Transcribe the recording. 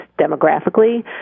demographically